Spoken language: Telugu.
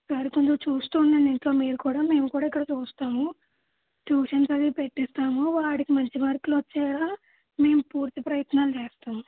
వాడిని కొంచెం చూస్తూ ఉండండి ఇంట్లో మేం కూడా ఇక్కడ చూస్తాము ట్యూషన్స్ అవీ పెట్టిస్తాము వాడికి మంచి మార్కులొచ్చేలా మేము పూర్తి ప్రయత్నాలు చేస్తాము